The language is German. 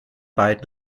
beiden